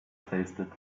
tasted